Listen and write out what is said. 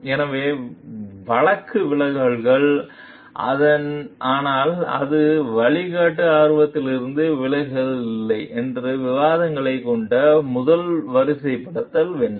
எனவே வழக்கு விலகல்கள் அதனால் அது வழிகாட்டு ஆர்வத்திலிருந்து விலகி இல்லை என்று விவாதங்கள் கொண்ட மூலம் வரிசைப்படுத்தப்பட வேண்டும்